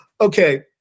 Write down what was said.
okay